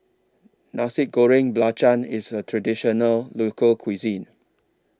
Nasi Goreng Belacan IS A Traditional Local Cuisine